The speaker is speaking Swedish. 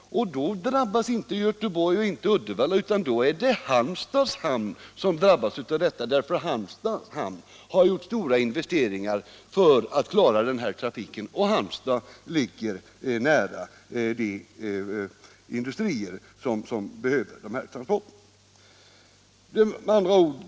Då drabbas inte Göteborg och inte Uddevalla, utan då är det Halmstads hamn som drabbas. I den hamnen har det gjorts stora investeringar för att klara denna trafik, och Halmstad ligger också nära de industrier som behöver dessa transporter.